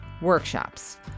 workshops